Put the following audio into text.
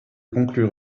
conclure